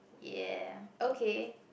ya okay